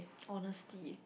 honesty